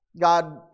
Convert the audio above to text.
god